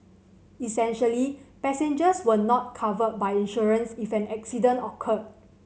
essentially passengers were not covered by insurance if an accident occurred